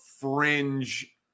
fringe